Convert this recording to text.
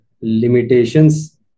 limitations